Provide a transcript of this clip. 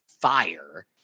fire